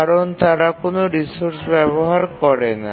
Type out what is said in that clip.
কারণ তারা কোনও রিসোর্স ব্যবহার করে না